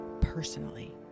personally